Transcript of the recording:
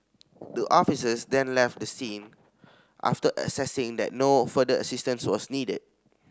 the officers then left the scene after assessing that no further assistance was needed